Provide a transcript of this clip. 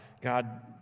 God